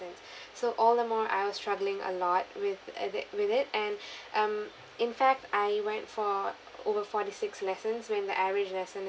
so all the more I was struggling a lot with at it with it and um in fact I went for over forty six lessons when the average lesson